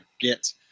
get